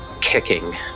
kicking